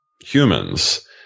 humans